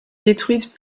détruisent